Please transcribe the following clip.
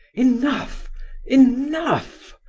enough enough!